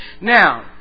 Now